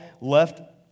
left